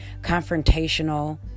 confrontational